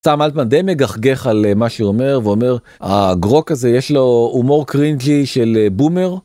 סם אלטמן די מגחגך על מה שהוא אומר, ואומר הגרוק הזה יש לו הומור קרינג'י של בומר.